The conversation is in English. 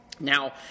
Now